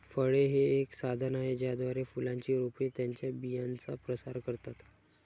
फळे हे एक साधन आहे ज्याद्वारे फुलांची रोपे त्यांच्या बियांचा प्रसार करतात